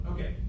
Okay